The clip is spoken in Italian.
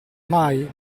mai